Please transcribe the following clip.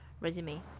resume